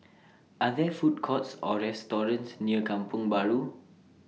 Are There Food Courts Or restaurants near Kampong Bahru